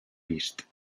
vist